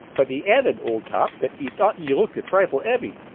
but e added, old top, that e thought you looked a trifle eavy.